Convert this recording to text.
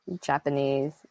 Japanese